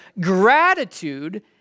gratitude